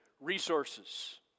resources